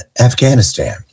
afghanistan